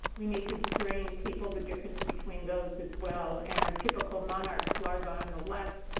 we need to train people the difference between those as well. and our typical monarch larvae on and the left,